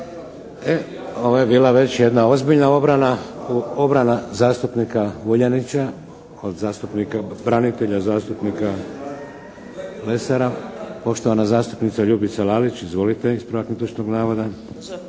ovo je bila već jedna ozbiljna obrana, obrana zastupnika Vuljanića od zastupnika, branitelja zastupnika Lesara. Poštovana zastupnica Ljubica Lalić. Izvolite, ispravak netočnog navoda.